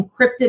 encrypted